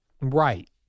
Right